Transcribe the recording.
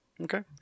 Okay